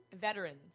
veterans